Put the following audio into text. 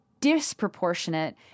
disproportionate